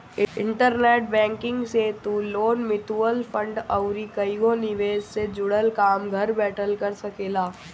internet banking से तू loan, mutual fund अउरी कईगो निवेश से जुड़ल काम घर बैठल कर सकेला